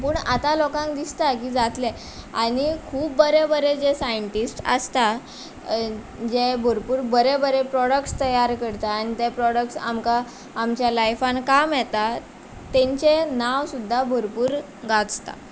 पूण आतां लोकांक दिसता की जातलें आनी खूब बरे बरे जे सायंटिस्ट आसता जे भरपूर बरे बरे प्रॉडक्ट्स तयार करता आन ते प्रॉडक्ट्स आमकां आमच्या लायफान काम येता तेंचें नांव सुद्दां भरपूर गाजता